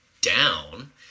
down